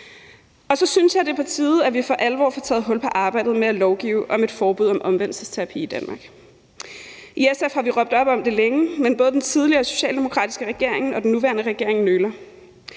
Så synes jeg, at det er på tide, at vi for alvor får taget hul på arbejdet med at lovgive om et forbud om omvendelsesterapi i Danmark. I SF har vi råbt op om det længe, men både den tidligere socialdemokratiske regering og den nuværende regering nøler,